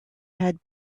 had